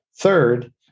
Third